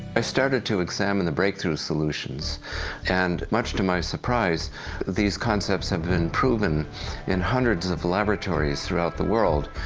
i started to examine the breakthrough solutions and much to my surprise these concepts have been proven in hundreds of laboratories throughout the world,